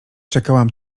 czekałam